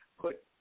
put